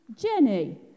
Jenny